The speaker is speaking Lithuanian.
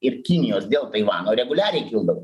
ir kinijos dėl taivano reguliariai kildavo